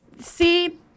See